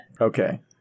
Okay